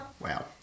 Wow